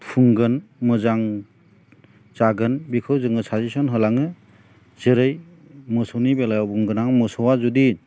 फुंगोन फुंगोन मोजां जागोन बेखौ जोंनो साजेसन होलाङो जेरै मोसौनि बेलायाव बुंगोन आं मोसौआ जुदि